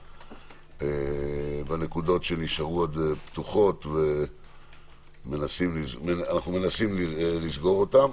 בנקודות שנשארו פתוחות ואנחנו מנסים לסגור אותן.